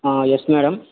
ఆ yes madam